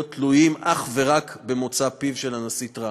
תלויים אך ורק במוצא פיו של הנשיא טראמפ.